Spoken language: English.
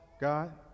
God